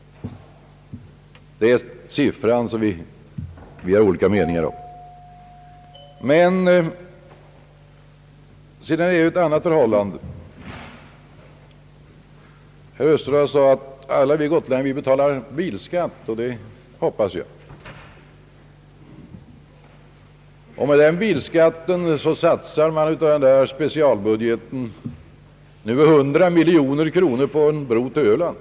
Det är siffran vi har olika meningar om. Herr Österdahl säger att alla vi gotlänningar betalar bilskatt, och det hoppas jag. Med hjälp av bilskatten satsar man nu ur specialbudgeten 100 miljoner kronor på en bro till öland.